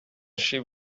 she